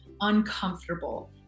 uncomfortable